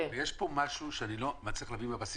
יש פה משהו שאני לא מצליח להבין בבסיס.